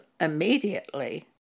immediately